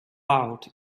out